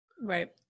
Right